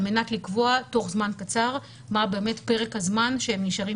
על מנת לקבוע תוך זמן קצר מה באמת פרק הזמן שהם נשארים